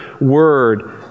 word